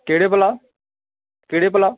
केह्ड़े भला केह्ड़े भला